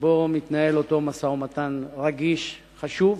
שבה מתנהל אותו משא-ומתן רגיש וחשוב,